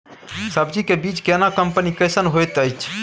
सब्जी के बीज केना कंपनी कैसन होयत अछि?